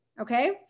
Okay